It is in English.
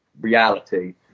reality